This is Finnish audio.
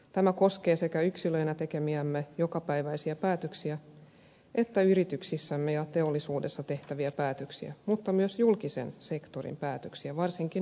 tämä koskee sekä yksilöinä tekemiämme jokapäiväisiä päätöksiä että yrityksissämme ja teollisuudessa tehtäviä päätöksiä mutta myös julkisen sektorin päätöksiä varsinkin kuntasektorilla